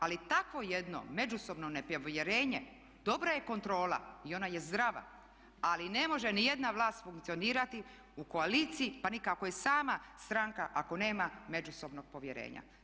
Ali takvo jedno međusobno nepovjerenje dobra je kontrola i ona je zdrava ali ne može niti jedna vlast funkcionirati u koaliciji pa ni ako je sama stranka ako nema međusobnog povjerenja.